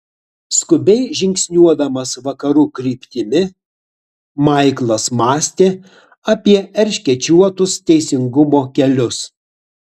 skubiai žingsniuodamas vakarų kryptimi maiklas mąstė apie erškėčiuotus teisingumo kelius